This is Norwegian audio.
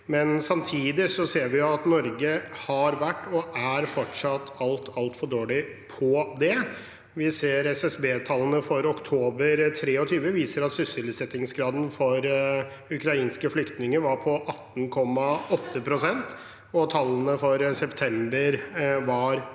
men samtidig ser vi at Norge har vært og fortsatt er altfor dårlig på det. SSB-tallene for oktober 2023 viser at sysselsettingsgraden for ukrainske flyktninger var på 18,8 pst., og tallene for september var